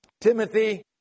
Timothy